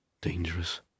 dangerous